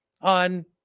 on